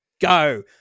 go